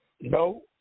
No